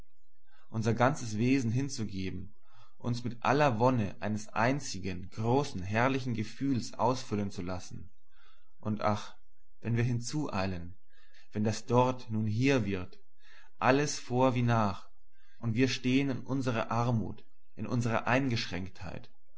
unser ganzes wesen hinzugeben uns mit aller wonne eines einzigen großen herrlichen gefühls ausfüllen zu lassen und ach wenn wir hinzueilen wenn das dort nun hier wird ist alles vor wie nach und wir stehen in unserer armut in unserer eingeschränktheit